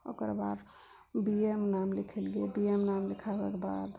ओकरबाद B A मे नाम लिखेलियै बी ए मे नाम लिखेलाके बाद